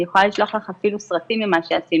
אני יכולה לשלוח לך אפילו סרטים עם מה שעשינו.